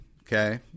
okay